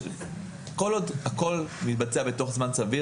כל עוד הכול מתבצע בתוך זמן סביר,